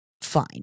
fine